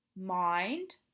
mind